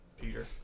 Peter